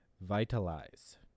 vitalize